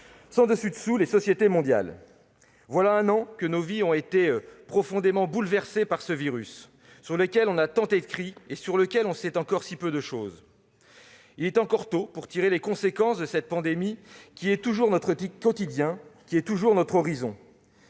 sens dessus dessous les sociétés mondiales. Voilà un an que nos vies ont été profondément bouleversées par ce virus, sur lequel on a tant écrit et sur le lequel on sait encore si peu de choses. Il est encore tôt pour tirer les conséquences de cette pandémie, qui est toujours notre quotidien, mais aussi notre horizon.